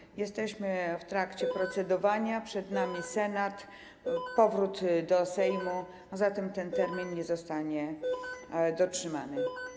Dzwonek Jesteśmy w trakcie procedowania, przed nami Senat i powrót do Sejmu, zatem ten termin nie zostanie dotrzymany.